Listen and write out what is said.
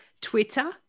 Twitter